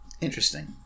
Interesting